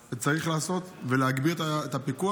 וצריך לעשות, ולהגביר את הפיקוח.